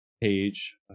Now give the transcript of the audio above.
page